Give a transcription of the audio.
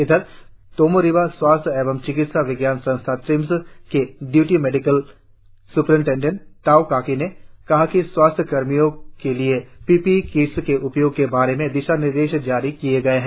इधर तोमो रिबा स्वास्थ्य एवं चिकित्सा विज्ञान संस्थान ट्रिम्स के deputy medical superintendent Tau Kaki ने कहा है कि स्वास्थ्य कर्मियों के लिए पी पी ई किट्स के उपयोग के बारे में दिशानिर्देश जारी किए गए हैं